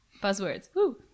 buzzwords